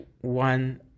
one